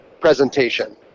presentation